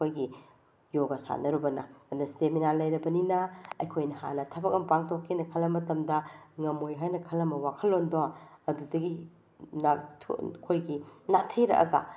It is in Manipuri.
ꯑꯩꯒꯣꯏꯒꯤ ꯌꯣꯒ ꯁꯥꯟꯅꯔꯨꯕꯅ ꯑꯗꯨꯅ ꯏꯁꯇꯦꯃꯤꯟꯅꯥ ꯂꯩꯔꯕꯅꯤꯅ ꯑꯩꯈꯣꯏꯅ ꯍꯥꯟꯅ ꯊꯕꯛ ꯑꯃ ꯄꯥꯡꯊꯣꯛꯀꯦꯅ ꯈꯜꯂꯝ ꯃꯇꯝꯗ ꯉꯝꯃꯣꯏ ꯍꯥꯏꯅ ꯈꯜꯂꯝꯕ ꯋꯥꯈꯜ ꯂꯣꯟꯗꯣ ꯑꯗꯨꯗꯒꯤ ꯑꯩꯈꯣꯏꯒꯤ ꯅꯥꯊꯩꯔꯛꯑꯒ